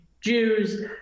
Jews